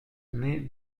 nez